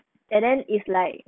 and then is like